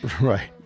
right